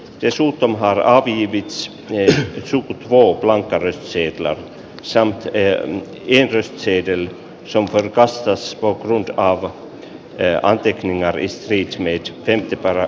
tiesulut on harhaa piipits leena fl coupland wärtsilä samctreen vierasteiden sampan kanssa espoon auto ee antti varis äänestyksen tulos luetaan